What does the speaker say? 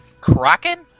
Kraken